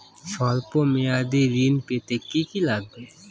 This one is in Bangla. সল্প মেয়াদী ঋণ পেতে কি কি লাগবে?